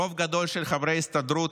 רוב גדול של חברי ההסתדרות,